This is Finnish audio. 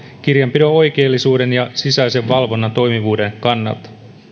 kirjanpidon oikeellisuuden ja sisäisen valvonnan toimivuuden kannalta